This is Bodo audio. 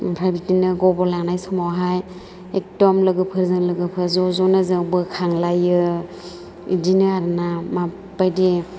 ओमफ्राय बिदिनो गब'लांनाय समावहाय एकदम लोगोफोरजों लोगोफोर ज' ज'नो जों बोखांलायो बिदिनो आरोना माबायदि